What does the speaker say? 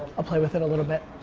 i'll play with it a little bit.